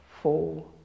four